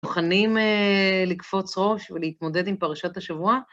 מוכנים לקפוץ ראש ולהתמודד עם פרשת השבוע?